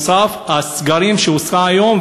הסגרים שהיא עושה היום,